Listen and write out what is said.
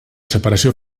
separació